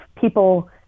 people